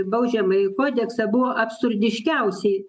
baudžiamąjį kodeksą buvo absurdiškiausi